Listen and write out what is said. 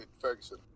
Ferguson